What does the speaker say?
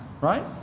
right